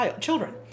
children